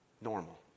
normal